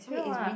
it's real [what]